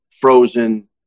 Frozen